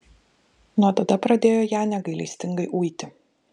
nuo tada pradėjo ją negailestingai uiti